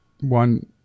one